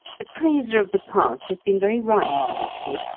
the praiser of the past has been very rife lately.